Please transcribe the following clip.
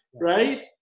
right